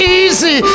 easy